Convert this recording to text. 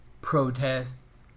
protests